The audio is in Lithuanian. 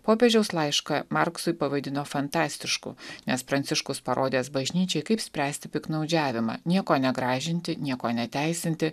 popiežiaus laišką marksui pavadino fantastišku nes pranciškus parodęs bažnyčiai kaip spręsti piktnaudžiavimą nieko negražinti nieko neteisinti